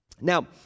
Now